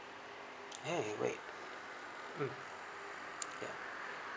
eh great mm ya